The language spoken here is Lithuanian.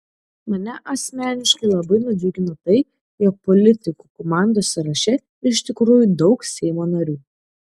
mane asmeniškai labai nudžiugino tai jog politikų komandos sąraše iš tikrųjų daug seimo narių